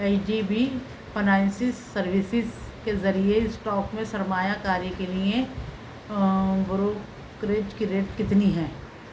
H D B finance services کے ذریعے stock میں سرمایہ کاری کے لیے بروکریج کی ریٹ کتنی ہے